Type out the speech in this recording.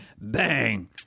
Bang